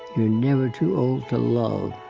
you're never too old to love.